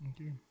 Okay